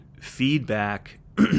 feedback